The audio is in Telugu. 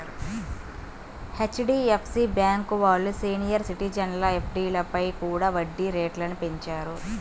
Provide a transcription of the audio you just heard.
హెచ్.డి.ఎఫ్.సి బ్యేంకు వాళ్ళు సీనియర్ సిటిజన్ల ఎఫ్డీలపై కూడా వడ్డీ రేట్లను పెంచారు